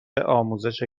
آموزش